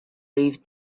leafed